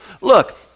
Look